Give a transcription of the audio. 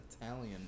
Italian